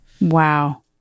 Wow